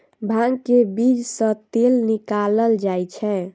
भांग के बीज सं तेल निकालल जाइ छै